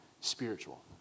spiritual